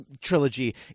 trilogy